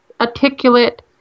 articulate